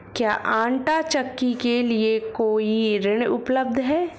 क्या आंटा चक्की के लिए कोई ऋण उपलब्ध है?